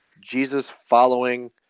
Jesus-following